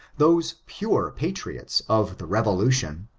those pure patriots of the revolution,